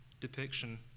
depiction